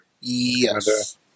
Yes